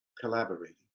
Collaborating